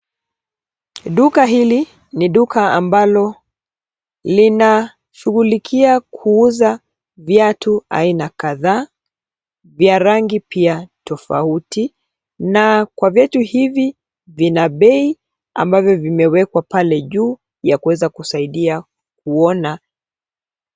Duka hili ni duka ambalo linashughulikia kuuza viatu aina kadhaa vya rangi pia tofauti na kwa viatu hivi vina bei ambavyo vimewekwa pale juu ya kuweza kusaidia kuona.